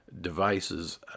devices